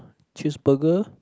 cheese burger